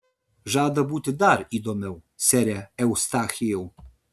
žada būti dar įdomiau sere eustachijau